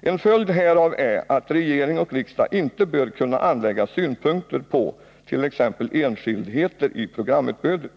En följd härav är att regering och riksdag inte bör kunna anlägga synpunkter på t.ex. enskildheter i programutbudet.